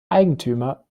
eigentümer